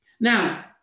Now